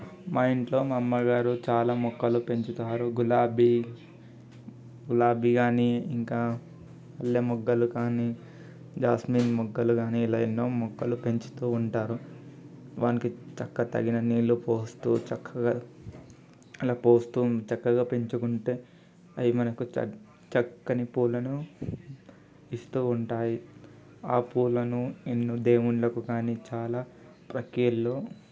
మా ఇంట్లో మా అమ్మగారు చాలా మొక్కలు పెంచుతారు గులాబీ గులాబీ కానీ ఇంకా మల్లె మొగ్గలు కానీ జాస్మిన్ మొగ్గలు కాని ఇలా ఎన్నో మొక్కలు పెంచుతూ ఉంటారు గడిపేస్తాము చక్కగా తగినంత నీళ్లు పోస్తూ చక్కగా అలా పోస్తూ చక్కగా పెంచుకుంటే అవి మనకు చక్కని పూలను ఇస్తూ ఉంటాయి ఆ పూలను ఎన్నో దేవుళ్లకు కానీ చాలా ప్రక్రియలో